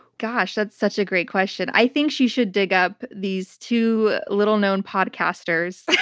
gosh, that's such a great question. i think she should dig up these two little known podcasters